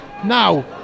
Now